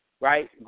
right